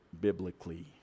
biblically